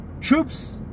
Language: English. troops